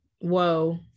whoa